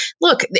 look